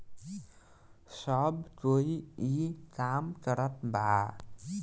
सब कोई ई काम करत बा